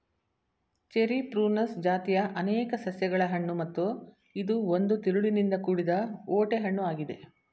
cherry prunus ಜಾತಿಯ ಅನೇಕ ಸಸ್ಯಗಳ ಹಣ್ಣು ಮತ್ತು ಇದು ಒಂದು ತಿರುಳಿನಿಂದ ಕೂಡಿದ ಓಟೆ ಹಣ್ಣು ಆಗಿದೆ